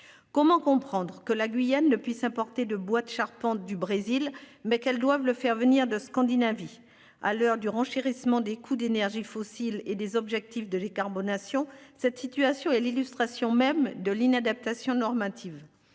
Comment comprendre que la Guyane ne puisse apporter de bois de charpente du Brésil, mais qu'elles doivent le faire venir de Scandinavie à l'heure du renchérissement des coûts d'énergie fossile et des objectifs de les carbone ation. Cette situation est l'illustration même de l'inadaptation normative.